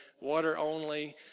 water-only